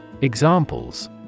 Examples